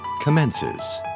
commences